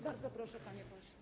Bardzo proszę, panie pośle.